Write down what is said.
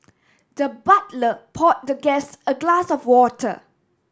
the butler pour the guest a glass of water